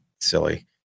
silly